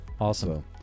Awesome